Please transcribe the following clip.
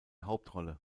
hauptrolle